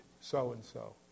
so-and-so